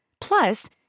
Plus